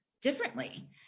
differently